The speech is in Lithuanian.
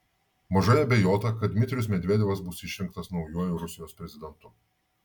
mažai abejota kad dmitrijus medvedevas bus išrinktas naujuoju rusijos prezidentu